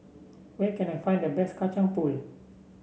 where can I find the best Kacang Pool